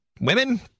Women